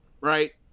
right